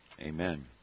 Amen